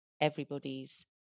everybody's